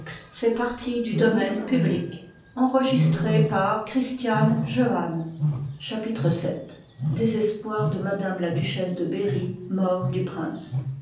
vii désespoir de m la duchesse de berry mort du prince